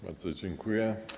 Bardzo dziękuję.